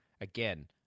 again